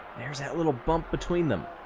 there's that little bump between them.